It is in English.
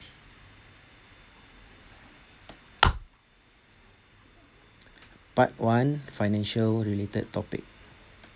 mm part one financial related topic